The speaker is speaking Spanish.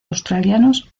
australianos